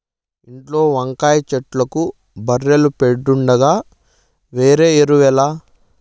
ఇంట్ల వంకాయ చెట్లకు బర్రెల పెండుండగా వేరే ఎరువేల